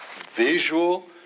visual